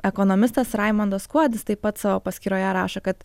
ekonomistas raimondas kuodis taip pat savo paskyroje rašo kad